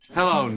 Hello